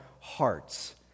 hearts